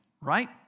right